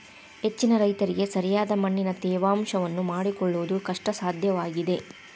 ಹೆಚ್ಚಿನ ರೈತರಿಗೆ ಸರಿಯಾದ ಮಣ್ಣಿನ ತೇವಾಂಶವನ್ನು ಮಾಡಿಕೊಳ್ಳವುದು ಕಷ್ಟಸಾಧ್ಯವಾಗಿದೆ